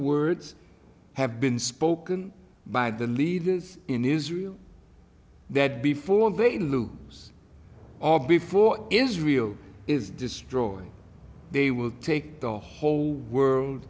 words have been spoken by the leaders in israel that before they lose all before israel is destroyed they will take the whole world